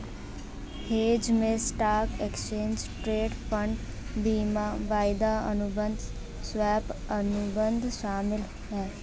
hedge में stock, exchange traded fund, बीमा, वायदा अनुबंध, स्वैप, अनुबंध शामिल हौ